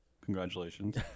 congratulations